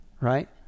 right